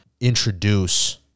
introduce